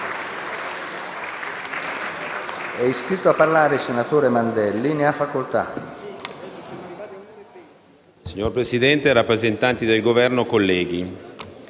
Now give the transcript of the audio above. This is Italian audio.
Signor Presidente, rappresentanti del Governo, colleghi,